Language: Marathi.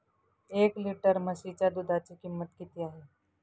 एक लिटर म्हशीच्या दुधाची किंमत किती आहे?